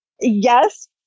Yes